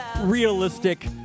realistic